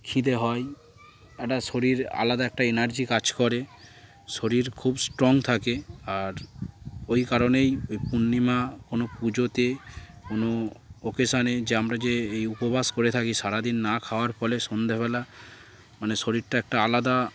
খিদে হয় একটা শরীর আলাদা একটা এনার্জি কাজ করে শরীর খুব স্ট্রং থাকে আর ওই কারণেই ওই পূর্ণিমা কোনো পুজোতে কোনো অকেশানে যে আমরা যে এই উপবাস করে থাকি সারাদিন না খাওয়ার ফলে সন্ধেবেলা মানে শরীরটা একটা আলাদা